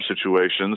situations